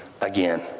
again